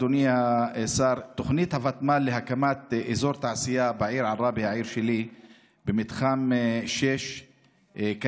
אדוני השר: תוכנית הוותמ"ל להקמת אזור תעשייה במתחם 6 בעיר עראבה,